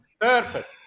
Perfect